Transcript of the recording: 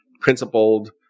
principled